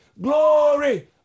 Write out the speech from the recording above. glory